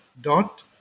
dot